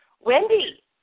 Wendy